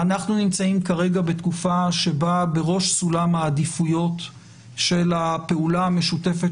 אנחנו נמצאים כרגע בתקופה שבה בראש סולם העדיפויות של הפעולה המשותפת